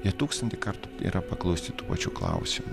jie tūkstantį kartų yra paklausti tų pačių klausimų